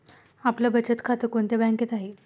आपलं बचत खातं कोणत्या बँकेत आहे?